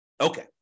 Okay